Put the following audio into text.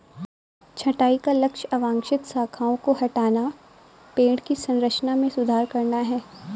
छंटाई का लक्ष्य अवांछित शाखाओं को हटाना, पेड़ की संरचना में सुधार करना है